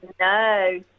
no